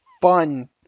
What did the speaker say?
fun